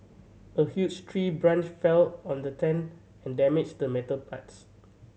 a huge tree branch fell on the tent and damaged the metal parts